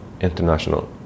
international